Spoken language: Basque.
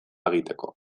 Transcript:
egiteko